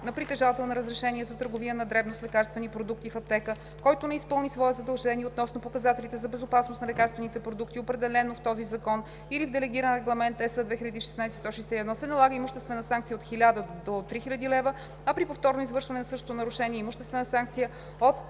или притежател на разрешение за паралелен внос, който не изпълни свое задължение относно показателите за безопасност на лекарствените продукти, определено в този закон или в Делегиран регламент (ЕС) 2016/161, се налага имуществена санкция от 5000 до 10 000 лв., а при повторно извършване на същото нарушение – имуществена санкция от